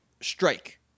strike